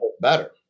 better